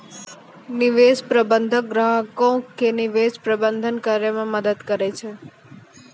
निवेश प्रबंधक ग्राहको के निवेश प्रबंधन करै मे मदद करै छै